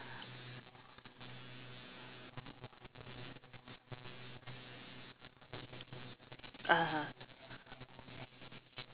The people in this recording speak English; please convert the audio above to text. (uh huh)